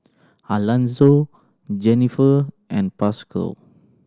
Alanzo Jenniffer and Pascal